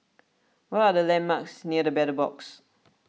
what are the landmarks near the Battle Box